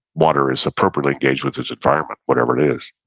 water is appropriately engaged with its environment, whatever it is.